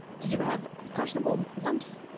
did you ever have questionable lumps?